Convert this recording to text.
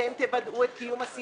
אתם תוודאו את קיום ה-CRS.